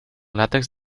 látex